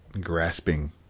grasping